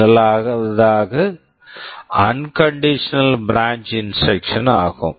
முதலாவது unconditional branch unconditional branch instruction instruction ஆகும்